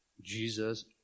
Jesus